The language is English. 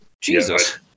Jesus